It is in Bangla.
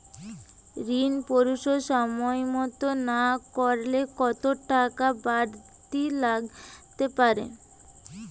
ঋন পরিশোধ সময় মতো না করলে কতো টাকা বারতি লাগতে পারে?